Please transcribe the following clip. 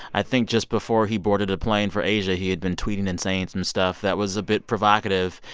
i think just before he boarded a plane for asia, he had been tweeting and saying some stuff that was a bit provocative.